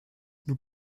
nous